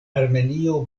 armenio